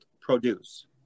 produce